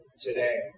today